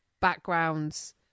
backgrounds